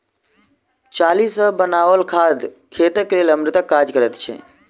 चाली सॅ बनाओल खाद खेतक लेल अमृतक काज करैत छै